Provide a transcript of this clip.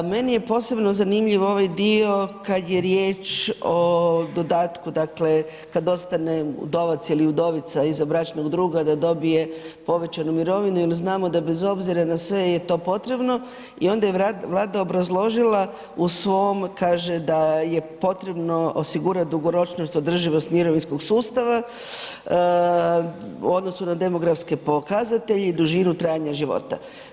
Meni je posebno zanimljiv ovaj dio kad je riječ o dodatku dakle, kad ostane udovac ili udovica iza bračnog druga da dobije povećanu mirovinu jer znamo da bez obzira na sve je to potrebno i onda je Vlada obrazložila u svom, kaže da je potrebno osigurati dugoročnost i održivost mirovinskog sustava u odnosu na demografske pokazatelje i dužinu trajanja života.